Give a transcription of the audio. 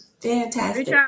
Fantastic